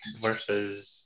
versus